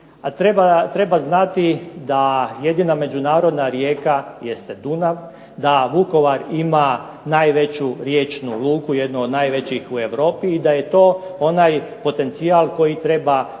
treba znati da jedina međunarodna rijeka jeste Dunav, da Vukovar ima najveću riječnu luku, jednu od najvećih u Europi i da je to onaj potencijal koji treba koristiti